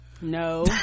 no